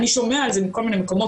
אני שומע על זה מכל מיני מקומות,